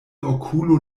okulo